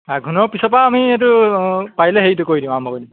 আঘোণৰ পিছৰপৰা আমি এইটো পাৰিলে হেৰিটো কৰি দিওঁ আৰম্ভ কৰি দিম